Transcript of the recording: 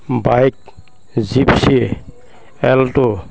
bike জিপচি Alto